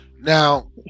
Now